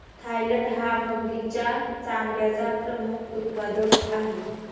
Thailand हा मगरीच्या चामड्याचा प्रमुख उत्पादक आहे